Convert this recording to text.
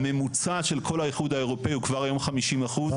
הממוצע של כל האיחוד האירופאי הוא כבר היום 50 אחוז,